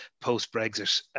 post-Brexit